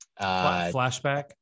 Flashback